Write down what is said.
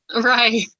Right